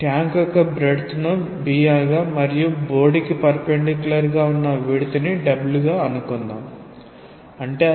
tank యొక్క breadth ను b గా మరియు బోర్డు కి పర్పెండికులర్ గా ఉన్న విడ్త్ ని w గా పేర్కొనండి